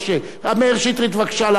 מאיר שטרית, בבקשה לעלות.